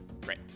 Great